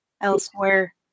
elsewhere